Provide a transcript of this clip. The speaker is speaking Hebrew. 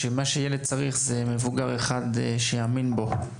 שמה שילד צריך זה מבוגר אחד שיאמין בו.